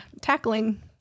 tackling